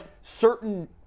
certain